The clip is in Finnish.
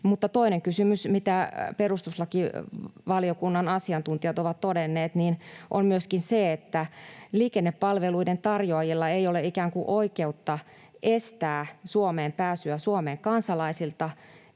toinen kysymys, minkä perustuslakivaliokunnan asiantuntijat ovat todenneet, on myöskin se, että liikennepalveluiden tarjoajilla ei ole ikään kuin oikeutta estää Suomeen pääsyä Suomen kansalaisilta